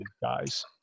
guys